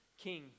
king